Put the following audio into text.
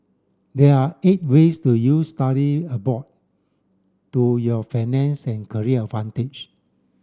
there are eight ways to use study abroad to your financial and career advantage